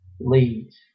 leads